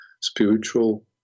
spiritual